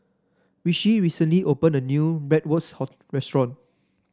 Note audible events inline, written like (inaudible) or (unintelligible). Rishi recently open a new Bratwurst (unintelligible) restaurant